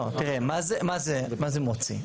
מה זה מוציא?